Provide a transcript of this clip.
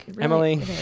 Emily